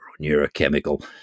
neurochemical